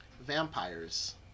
Vampires